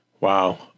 Wow